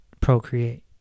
procreate